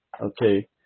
okay